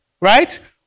right